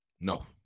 No